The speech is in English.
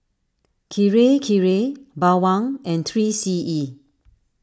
Kirei Kirei Bawang and three C E